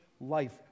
life